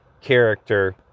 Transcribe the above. character